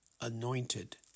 anointed